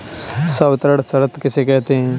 संवितरण शर्त किसे कहते हैं?